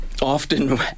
Often